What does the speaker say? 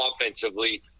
offensively